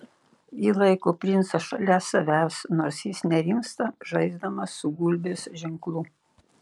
ji laiko princą šalia savęs nors jis nerimsta žaisdamas su gulbės ženklu